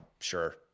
sure